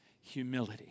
humility